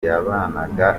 yabanaga